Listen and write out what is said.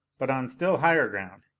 but on still higher ground.